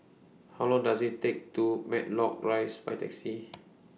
How Long Does IT Take to Matlock Rise By Taxi